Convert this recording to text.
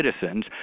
citizens